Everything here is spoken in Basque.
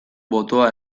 botoa